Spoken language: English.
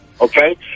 Okay